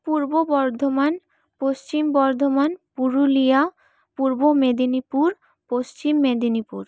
Purba Bardhaman Paschim Bardhaman Purulia Purba Medinipur Paschim Medinipur